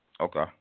Okay